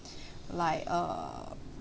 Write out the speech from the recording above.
like err